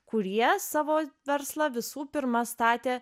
kurie savo verslą visų pirma statė